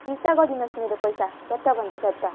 फिर्ता गरिदिनुहोस् मेरो पैसा झट्टभन्दा झट्ट